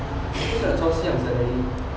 aku macam nak ciao siang sia dari